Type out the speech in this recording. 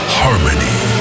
harmony